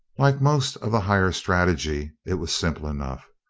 like most of the higher strategy, it was simple enough.